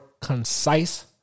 concise